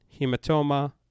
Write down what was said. hematoma